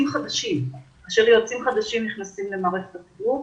כאשר יועצים חדשים נכנסים למערכת החינוך,